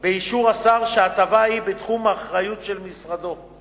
השר שההטבה היא בתחום האחריות של משרדו.